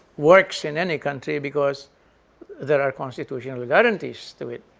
works in any country because there are constitutional guarantees to it.